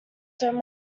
don’t